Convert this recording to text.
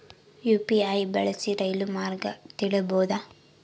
UPI ಬಳಸಿ ರೈಲು ಮಾರ್ಗ ತಿಳೇಬೋದ?